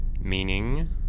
Meaning